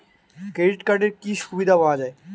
Credit কার্ডের কি কি সুবিধা পাওয়া যায়?